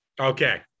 Okay